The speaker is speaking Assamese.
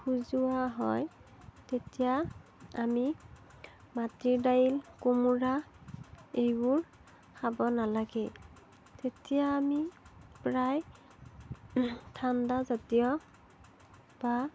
খজুওৱা হয় তেতিয়া আমি মাটি দাইল কোমোৰা এইবোৰ খাব নালাগে তেতিয়া আমি প্ৰায় ঠাণ্ডা জাতীয় বা